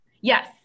Yes